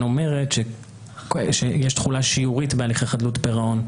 אומרת שיש תחולה שיורית בהליכי חדלות פירעון.